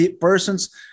persons